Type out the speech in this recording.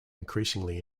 increasingly